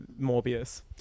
Morbius